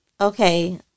Okay